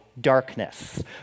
darkness